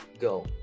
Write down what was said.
Go